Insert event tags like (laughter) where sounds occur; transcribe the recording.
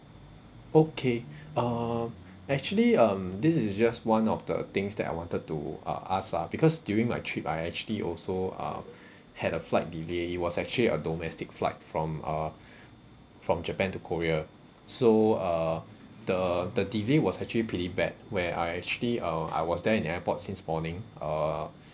okay um actually um this is just one of the things that I wanted to uh ask ah because during my trip I actually also uh had a flight delay it was actually a domestic flight from uh (breath) from japan to korea so uh the the delay was actually pretty bad where I actually uh I was there in the airport since morning uh